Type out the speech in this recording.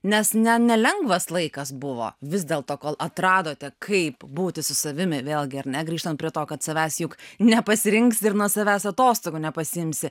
nes ne nelengvas laikas buvo vis dėlto kol atradote kaip būti su savimi vėlgi ar ne grįžtant prie to kad savęs juk nepasirinksi ir nuo savęs atostogų nepasiimsi